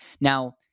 Now